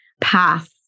path